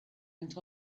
went